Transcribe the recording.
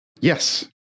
yes